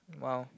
!wow!